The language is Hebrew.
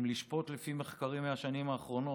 אם לשפוט לפי מחקרים מהשנים האחרונות,